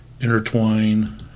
intertwine